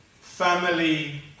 family